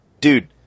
dude